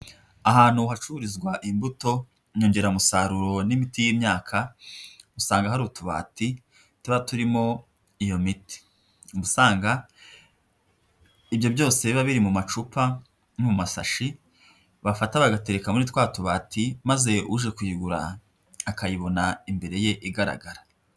Ahantu hacururizwa imbuto, inyongeramusaruro n'imiti y'imyaka, usanga hari utubati tuba turimo iyo miti. Uba usanga ibyo byose biba biri mu macupa no mu masashi, bafata bagatekareka muri twa tubati, maze uje kuyigura akayibona imbere ye igaragara.